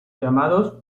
llamados